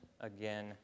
again